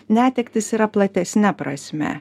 netektys yra platesne prasme